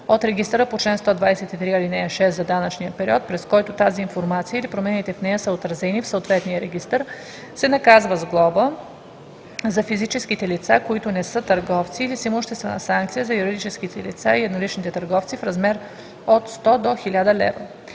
от регистъра по чл. 123, ал. 6 за данъчния период, през който тази информация или промените в нея са отразени в съответния регистър, се наказва с глоба – за физическите лица, които не са търговци, или с имуществена санкция – за юридическите лица и едноличните търговци, в размер от 100 до 1000 лв.